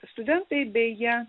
studentai beje